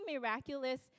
miraculous